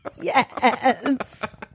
Yes